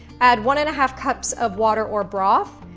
add one and a half cups of water or broth,